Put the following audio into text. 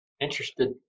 interested